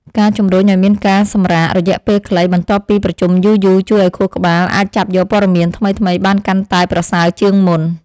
ការជំរុញឱ្យមានការសម្រាករយៈពេលខ្លីបន្ទាប់ពីប្រជុំយូរៗ ជួយឱ្យខួរក្បាលអាចចាប់យកព័ត៌មានថ្មីៗបានកាន់តែប្រសើរជាងមុន។